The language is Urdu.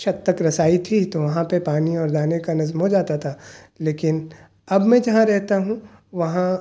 چھت تک رسائی تھی تو وہاں پہ پانی اور دانے کا نظم ہو جاتا تھا لیکن اب میں جہاں رہتا ہوں وہاں